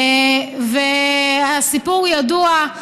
הסיפור ידוע.